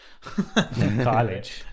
college